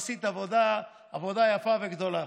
עשית עבודה יפה וגדולה,